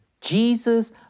Jesus